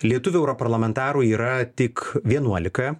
lietuvių europarlamentarų yra tik vienuolika